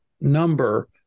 number